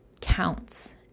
counts